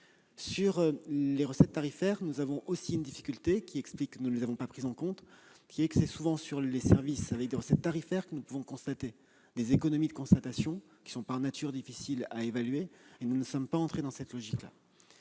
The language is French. des recettes tarifaires, nous avons en vue une autre difficulté, qui explique que nous ne les ayons pas prises en compte : c'est souvent sur les services engendrant des recettes tarifaires que nous observons des économies de constatation, qui sont par nature difficiles à évaluer, et nous ne sommes pas entrés dans cette logique-là.